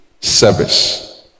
service